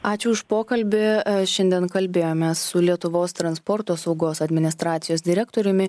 ačiū už pokalbį šiandien kalbėjomės su lietuvos transporto saugos administracijos direktoriumi